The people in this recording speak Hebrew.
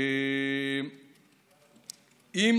אם